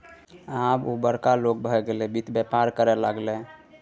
आब ओ बड़का लोग भए गेलै वित्त बेपार करय लागलै